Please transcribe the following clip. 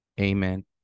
amen